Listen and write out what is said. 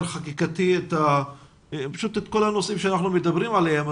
חקיקתי את כל הנושאים שאנחנו מדברים עליהם.